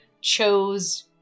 chose